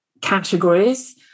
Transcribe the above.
categories